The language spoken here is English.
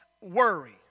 worry